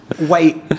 wait